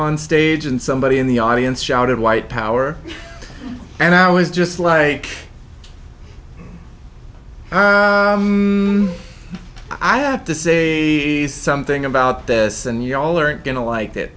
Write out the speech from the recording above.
onstage and somebody in the audience shouted white power and now it's just like i have to say something about this and y'all aren't going to like that